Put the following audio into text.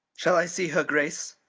shall i see her grace?